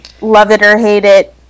love-it-or-hate-it